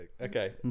Okay